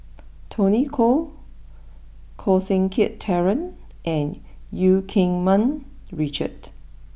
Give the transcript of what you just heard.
Tony Khoo Koh Seng Kiat Terence and Eu Keng Mun Richard